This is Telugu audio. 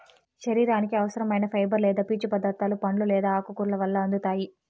శరీరానికి అవసరం ఐన ఫైబర్ లేదా పీచు పదార్థాలు పండ్లు లేదా ఆకుకూరల వల్ల అందుతాయి